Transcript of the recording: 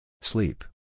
Sleep